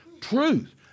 Truth